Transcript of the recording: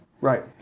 Right